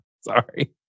Sorry